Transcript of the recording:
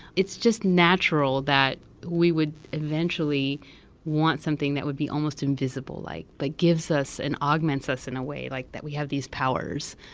it's just natural that we would eventually want something that would be almost invisible like that gives us and augments us in a way like that we have these powers,